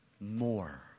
more